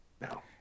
No